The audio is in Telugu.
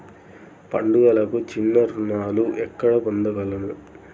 పండుగలకు చిన్న రుణాలు ఎక్కడ పొందగలను?